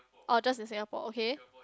orh just in Singapore okay